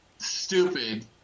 Stupid